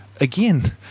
again